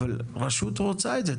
אבל הרשות רוצה את זה,